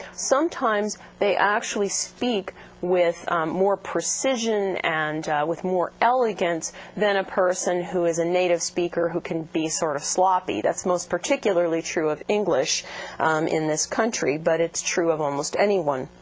sometimes they actually speak with more precision and with more elegance than a person who is a native speaker who can be sort of sloppy. that's most particularly true of english in this country, but it's true of almost anyone.